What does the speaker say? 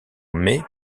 mai